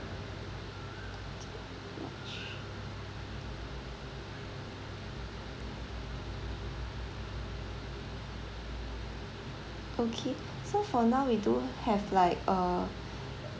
okay march okay so for now we do have like uh